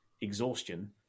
exhaustion